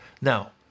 Now